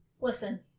Listen